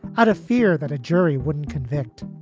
out of fear that a jury wouldn't convict.